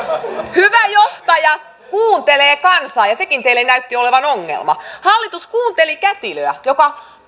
hyvä johtaja kuuntelee kansaa ja sekin teille näytti olevan ongelma hallitus kuunteli kätilöä joka